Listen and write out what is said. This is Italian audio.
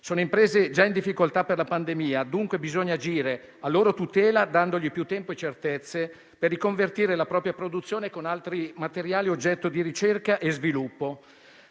Sono imprese già in difficoltà per la pandemi. Dunque bisogna agire a loro tutela dando loro più tempo e certezze, per riconvertire la loro produzione con altri materiali oggetto di ricerca e sviluppo.